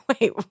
wait